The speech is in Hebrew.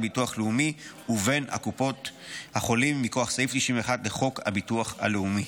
לביטוח לאומי ובין הקופות החולים מכוח סעיף 61 לחוק הביטוח הלאומי.